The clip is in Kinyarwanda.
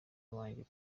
wanjye